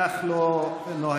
כך לא נוהגים,